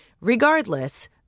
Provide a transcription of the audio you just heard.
regardless